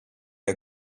are